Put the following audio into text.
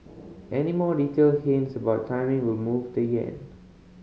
any more detailed hints about timing will move the yen